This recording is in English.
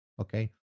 Okay